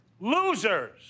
losers